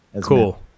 cool